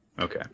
okay